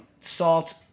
salt